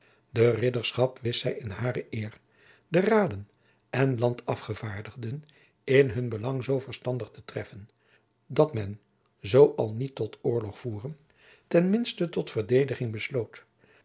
de ridderschap wist zij in hare eer de raden en landafgevaardigden in hun belang zoo verstandig te treffen dat men zoo al niet tot oorlogvoeren ten minsten tot verdediging besloot